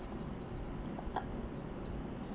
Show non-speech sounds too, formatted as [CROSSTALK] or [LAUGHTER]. [NOISE]